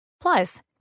Plus